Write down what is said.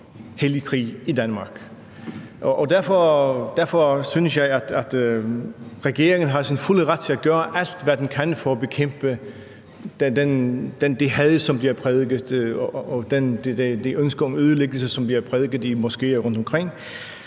Derfor synes jeg, at regeringen er i sin fulde ret til at gøre alt, hvad den kan, for at bekæmpe det